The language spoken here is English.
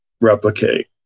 replicate